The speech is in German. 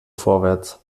vorwärts